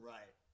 Right